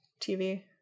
TV